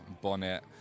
bonnet